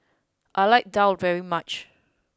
I like Daal very much